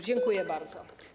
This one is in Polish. Dziękuję bardzo.